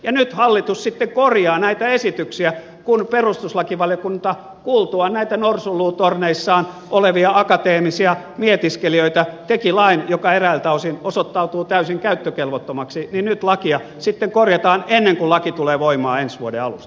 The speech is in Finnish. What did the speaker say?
ja nyt hallitus sitten korjaa näitä esityksiä kun perustuslakivaliokunta kuultuaan näitä norsunluutorneissaan olevia akateemisia mietiskelijöitä teki lain joka eräiltä osin osoittautuu täysin käyttökelvottomaksi nyt lakia sitten korjataan ennen kuin laki tulee voimaan ensi vuoden alusta